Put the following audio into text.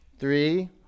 Three